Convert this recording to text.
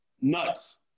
Nuts